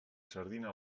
sardina